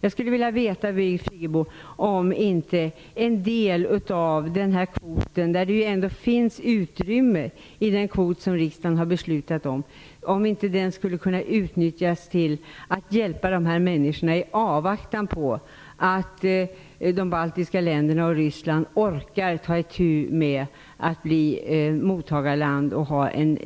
Jag skulle vilja veta, Birgit Friggebo, om inte en del av denna kvot --det finns ju ändå utrymme i den kvot som riksdagen har beslutat om -- skulle kunna utnyttjas till att hjälpa dessa människor i avvaktan på att de baltiska länderna och Ryssland orkar ta itu med att bli mottagarland och ha ett